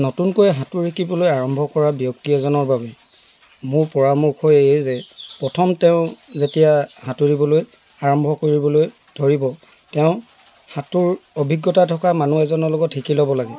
নতুনকৈ সাঁতোৰ শিকিবলৈ আৰম্ভ কৰা ব্যক্তি এজনৰ বাবে মোৰ পৰামৰ্শ এই যে প্ৰথম তেওঁ যেতিয়া সাঁতোৰিবলৈ আৰম্ভ কৰিবলৈ ধৰিব তেওঁ সাঁতোৰ অভিজ্ঞতা থকা মানুহ এজনৰ লগত শিকি ল'ব লাগে